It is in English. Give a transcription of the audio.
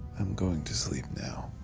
i'm going to sleep now.